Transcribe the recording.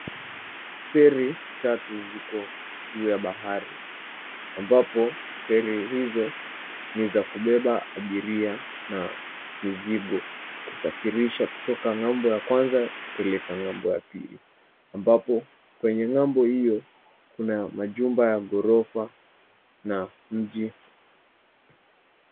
Feri tatu ziko juu ya bahari, ambapo feri hizo ni za kubeba abiria na mizigo kusafirisha kutoka ng'ambo ya kwanza kupeleka ya pili, ambapo kwenye ng'ambo hio kuna majumba ya gorofa na mji.